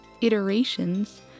iterations